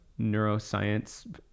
neuroscience